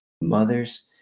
mothers